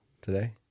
today